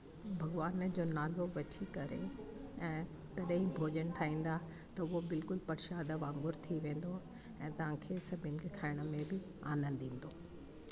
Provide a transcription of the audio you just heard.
भॻिवान जो नालो बची करे ऐं तॾहिं ई भोजन ठाहींदा त उहो बिल्कुलु प्रशाद वांगुर थी वेंदो ऐं तव्हांखे सभिनि खे खाइण में बि आनंद ईंदो